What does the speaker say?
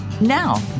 Now